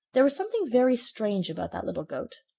there was something very strange about that little goat.